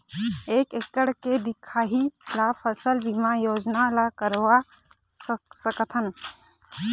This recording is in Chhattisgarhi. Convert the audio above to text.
एक एकड़ के दिखाही ला फसल बीमा योजना ला करवा सकथन?